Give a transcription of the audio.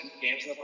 games